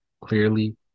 Clearly